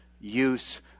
use